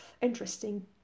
interesting